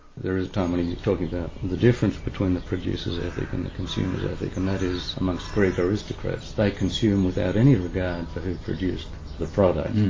there is a time when he's talking about the difference between the producer's ethic and the consumer's ethic and that is amongst greek aristocrats, they consume without any regard for who produced the product,